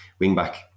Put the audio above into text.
wingback